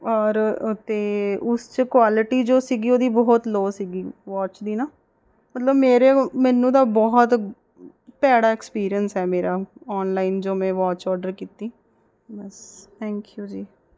ਔਰ ਅਤੇ ਉਸ 'ਚ ਕੁਆਲਿਟੀ ਜੋ ਸੀਗੀ ਉਹਦੀ ਬਹੁਤ ਲੋਅ ਸੀਗੀ ਵੋਚ ਦੀ ਨਾ ਮਤਲਬ ਮੇਰੇ ਮੈਨੂੰ ਤਾਂ ਬਹੁਤ ਭੈੜਾ ਐਕਸਪੀਰੀਅੰਸ ਹੈ ਮੇਰਾ ਔਨਲਾਈਨ ਜੋ ਮੈਂ ਵੋਚ ਔਡਰ ਕੀਤੀ ਬਸ ਥੈਂਕ ਯੂ ਜੀ